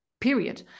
period